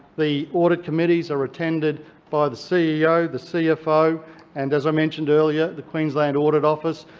the audit committees are attended by the ceo, the cfo and, as i mentioned earlier, the queensland audit office,